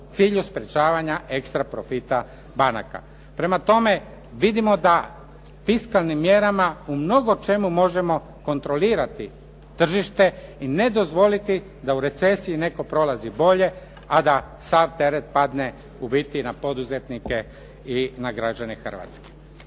u cilju sprječavanja ekstra profita banaka. Prema tome, vidimo da fiskalnim mjerama u mnogo čemu možemo kontrolirati tržište i ne dozvoliti da u recesiji netko prolazi bolje, a da sav teret padne ubiti na poduzetnike i na građane Hrvatske.